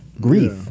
grief